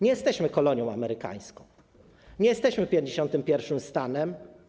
Nie jesteśmy kolonią amerykańską, nie jesteśmy 51. stanem.